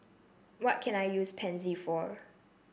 what can I use Pansy for